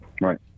Right